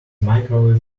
microwave